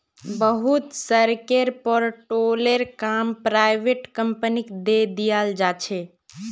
बहुत सड़केर पर टोलेर काम पराइविट कंपनिक दे दियाल जा छे